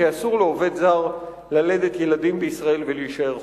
כי אסור לעובד זר להוליד ילדים בישראל ולהישאר חוקי.